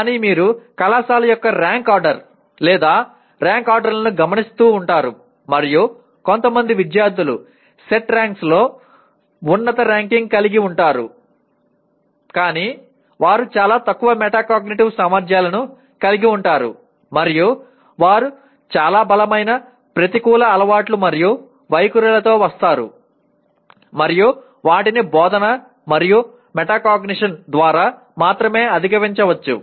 కానీ మీరు కళాశాల యొక్క ర్యాంక్ ఆర్డర్ ర్యాంక్ ఆర్డర్లను గమనిస్తూ ఉంటారు మరియు కొంతమంది విద్యార్థులు CET ర్యాంకింగ్స్లో ఉన్నత ర్యాంకింగ్ కలిగి ఉంటారు కానీ వారు చాలా తక్కువ మెటాకాగ్నిటివ్ సామర్ధ్యాలను కలిగి ఉంటారు మరియు వారు చాలా బలమైన ప్రతికూల అలవాట్లు మరియు వైఖరులతో వస్తారు మరియు వాటిని బోధన మరియు మెటాకాగ్నిషన్ ద్వారా మాత్రమే అధిగమించవచ్చు